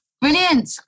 brilliant